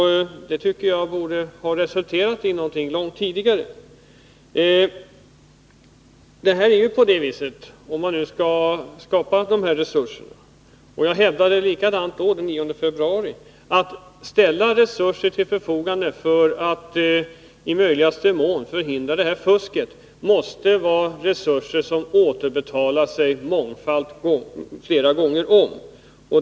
Det tycker jag borde ha resulterat i någonting långt tidigare. Att ställa resurser till förfogande för att i möjligaste mån förhindra detta fusk — jag hävdade det också den 9 februari — måste betala sig många gånger om.